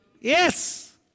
Yes